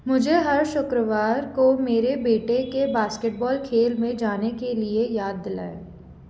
मुझे हर शुक्रवार को मेरे बेटे के बास्केटबॉल खेल में जाने के लिए याद दिलाएँ